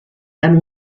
and